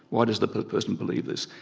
why does the person believe this?